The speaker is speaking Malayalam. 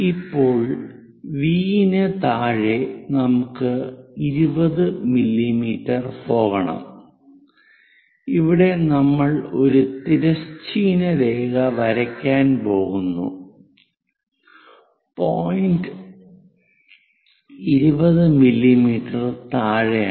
ഇപ്പോൾ V ന് താഴെ നമുക്ക് 20 മില്ലീമീറ്റർ പോകണം അവിടെ നമ്മൾ ഒരു തിരശ്ചീന രേഖ വരയ്ക്കാൻ പോകുന്നു പോയിന്റ് 20 മില്ലീമീറ്റർ താഴെയാണ്